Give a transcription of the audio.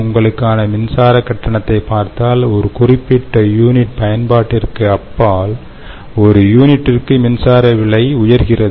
உங்களுக்கான மின்சார கட்டணத்தை பார்த்தால் ஒரு குறிப்பிட்ட யூனிட் பயன்பாட்டிற்கு அப்பால் ஒரு யூனிட்டுக்கு மின்சாரம் விலை உயர்கிறது